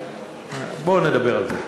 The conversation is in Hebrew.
בוא נדבר על זה.